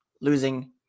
Losing